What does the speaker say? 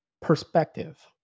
Perspective